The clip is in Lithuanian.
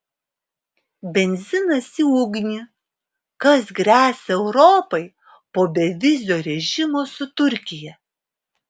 benzinas į ugnį kas gresia europai po bevizio režimo su turkija